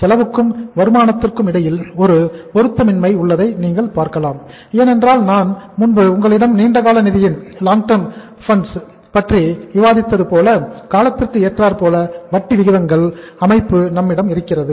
செலவுக்கும் வருமானத்திற்கும் இடையில் ஒரு பொருத்தமின்மை உள்ளதை நீங்கள் பார்க்கலாம் ஏனென்றால் நான் முன்பு உங்களிடம் நீண்டகால நிதியின் பற்றி விவாதித்தது போல காலத்திற்கு ஏற்றார்போல வட்டி விகிதங்கள் அமைப்பு நம்மிடம் இருக்கிறது